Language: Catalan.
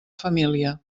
família